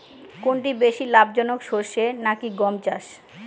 কোনটি বেশি লাভজনক সরষে নাকি গম চাষ?